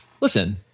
listen